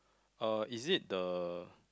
uh is it the